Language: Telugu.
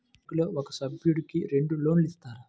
బ్యాంకులో ఒక సభ్యుడకు రెండు లోన్లు ఇస్తారా?